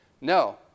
no